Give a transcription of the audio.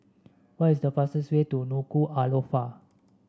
what is the fastest way to Nuku'alofa